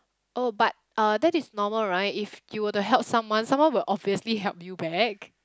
oh but uh that is normal right if you were to help someone someone will obviously help you back